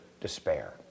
despair